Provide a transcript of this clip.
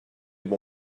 bon